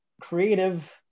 creative